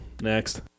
Next